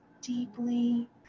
deeply